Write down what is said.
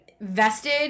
vested